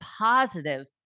positive